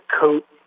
coat